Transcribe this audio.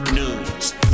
news